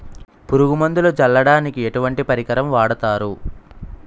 పురుగు మందులు చల్లడానికి ఎటువంటి పరికరం వాడతారు?